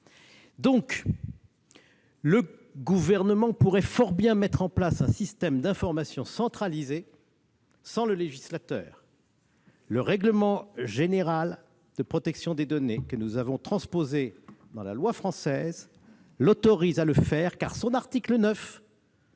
droit. Le Gouvernement pourrait fort bien mettre en place un système d'information centralisé sans le législateur. Le règlement général de protection des données (RGPD) que nous avons transposé dans la loi française l'y autorise, car son article 9